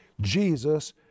Jesus